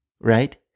right